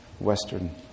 Western